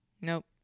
Nope